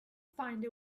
find